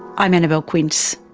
i'm annabelle quince.